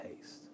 taste